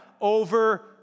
over